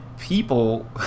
people